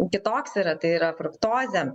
kitoks yra tai yra fruktozė